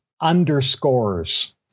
underscores